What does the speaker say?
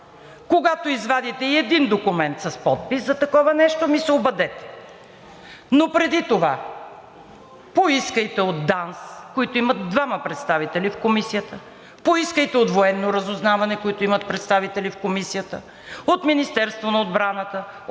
Когато извадите и един документ с подпис за такова нещо, ми се обадете, но преди това поискайте от ДАНС, които имат двама представители в Комисията, поискайте от Военно разузнаване, които имат представители в Комисията, от Министерството на отбраната, от